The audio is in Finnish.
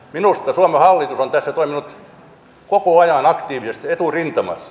minusta suomen hallitus on tässä toiminut koko ajan aktiivisesti eturintamassa